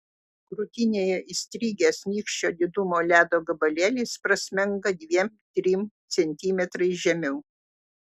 krūtinėje įstrigęs nykščio didumo ledo gabalėlis prasmenga dviem trim centimetrais žemiau